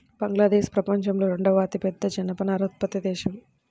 బంగ్లాదేశ్ ప్రపంచంలో రెండవ అతిపెద్ద జనపనార ఉత్పత్తి దేశం